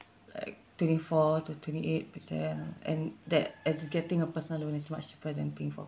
like twenty four to twenty eight percent and that as if getting a personal loan is much cheaper than paying for